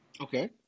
Okay